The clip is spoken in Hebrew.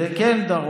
זה כן דרום.